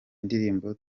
ndirimbo